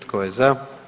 Tko je za?